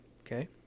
Okay